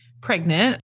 pregnant